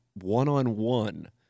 one-on-one